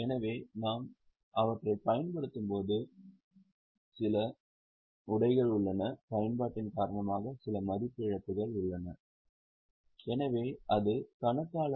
எனவே நாம் அவற்றைப் பயன்படுத்தும்போது சில உடைகள் மற்றும் கிழிதல் உள்ளன பயன்பாட்டின் காரணமாக சில மதிப்பு இழப்புக்கள் உள்ளன எனவே அது கணக்காளர்